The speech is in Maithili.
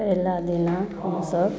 पहिला दिना हमसब